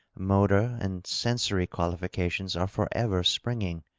motor and sensory analifications are forever springing.